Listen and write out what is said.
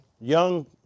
young